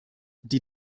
die